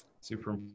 Super